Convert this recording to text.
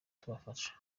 tubafasha